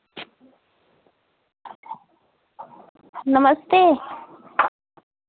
नमस्ते